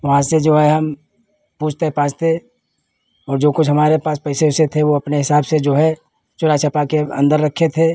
वहाँ से जो है हम पूछते पाछते और जो कुछ हमारे पास पैसे ओइसे थे वह अपने हिसाब से जो है चुरा छिपा कर अंदर रखे थे